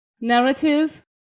narrative